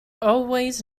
always